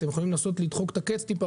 אתם יכולים לדחוק את הקץ טיפה,